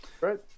Right